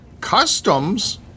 Customs